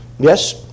Yes